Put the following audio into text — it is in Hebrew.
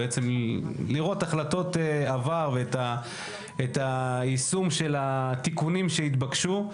למעשה לראות החלטות עבר ואת היישום של התיקונים שהתבקשו.